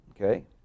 Okay